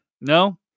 No